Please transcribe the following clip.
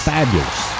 Fabulous